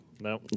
no